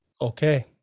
Okay